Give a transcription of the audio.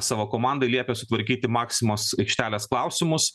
savo komandoj liepė sutvarkyti maksimos aikštelės klausimus